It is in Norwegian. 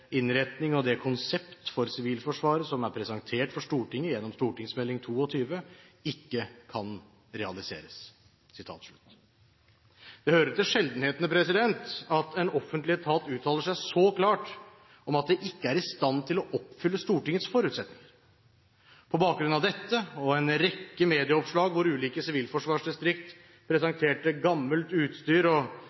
innretning og det konsept for Sivilforsvaret som er presentert for Stortinget gjennom St.meld. 22, ikke kan realiseres.» Det hører til sjeldenhetene at en offentlig etat uttaler så klart at de ikke er i stand til å oppfylle Stortingets forutsetninger. På bakgrunn av dette og en rekke medieoppslag hvor ulike sivilforsvarsdistrikt presenterte gammelt utstyr og